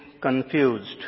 confused